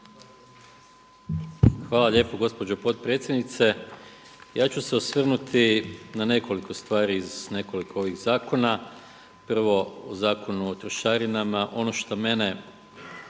Hvala lijepo, gospođo potpredsjednice. Ja ću se osvrnuti na nekoliko stvari iz nekoliko ovih zakona. Prvo, u Zakonu o trošarinama. Ono što mene